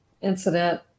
incident